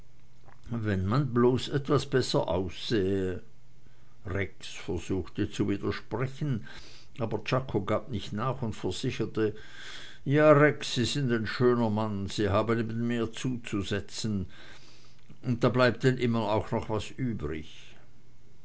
wenn man nur bloß etwas besser aussähe rex versuchte zu widersprechen aber czako gab nicht nach und versicherte ja rex sie sind ein schöner mann sie haben eben mehr zuzusetzen und da bleibt denn immer noch was übrig